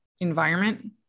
environment